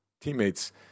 teammates